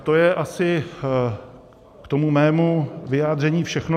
To je asi k mému vyjádření všechno.